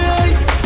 eyes